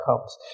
comes